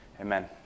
Amen